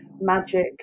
magic